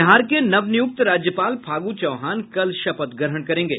बिहार के नव नियुक्त राज्यपाल फागु चौहान कल शपथ ग्रहण करेंगे